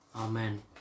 Amen